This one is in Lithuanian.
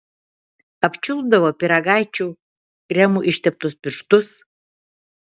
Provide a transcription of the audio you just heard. apčiulpdavo pyragaičių kremu išteptus pirštus